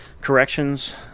corrections